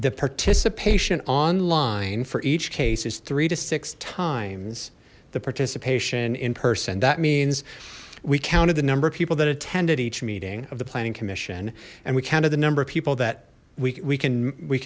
the participation online for each case is three to six times the participation in person that means we counted the number of people that attended each meeting of the planning commission and we counted the number of people that we can we